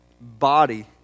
body